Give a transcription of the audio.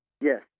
Yes